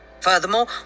Furthermore